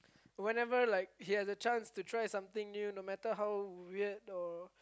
whenever like he has a chance to try something new no matter how weird or